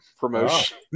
promotion